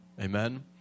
amen